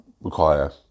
require